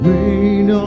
Rain